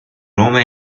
nome